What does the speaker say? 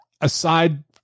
aside